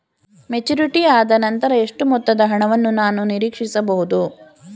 Maturity ಆದನಂತರ ಎಷ್ಟು ಮೊತ್ತದ ಹಣವನ್ನು ನಾನು ನೀರೀಕ್ಷಿಸ ಬಹುದು?